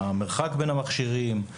מרחק בין מכשירים,